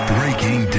Breaking